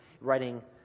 Writing